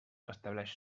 estableix